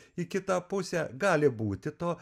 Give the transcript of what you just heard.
į kitą pusę gali būti to